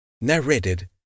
narrated